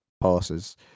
passes